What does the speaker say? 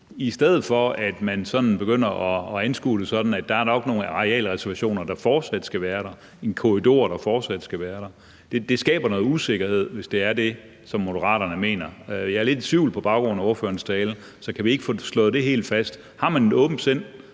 i stedet for at man begynder at anskue det sådan, at der nok er nogle arealreservationer, der fortsat skal være der, en korridor, der fortsat skal være der? Det skaber noget usikkerhed, hvis det er det, som Moderaterne mener. Jeg er lidt i tvivl på baggrund af ordførerens tale, så kan vi ikke få slået det helt fast? Har man et åbent sind,